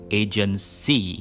agency